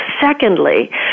Secondly